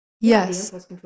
Yes